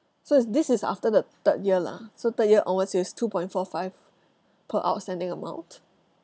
so is this is after the third year lah so third year onwards it's two point four five per outstanding amount